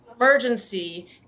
emergency